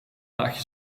laagje